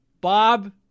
Bob